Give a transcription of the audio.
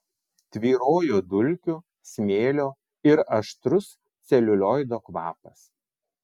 tvyrojo dulkių smėlio ir aštrus celiulioido kvapas